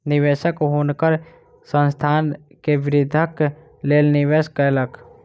निवेशक हुनकर संस्थान के वृद्धिक लेल निवेश कयलक